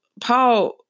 Paul